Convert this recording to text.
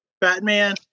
Batman